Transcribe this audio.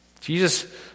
Jesus